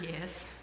yes